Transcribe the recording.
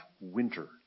Winter